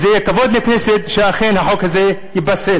וזה יהיה כבוד לכנסת שאכן החוק הזה ייפסל.